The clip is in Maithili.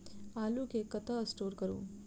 आलु केँ कतह स्टोर करू?